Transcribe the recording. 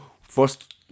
first